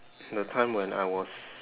the time when I was